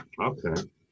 Okay